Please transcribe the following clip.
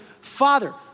father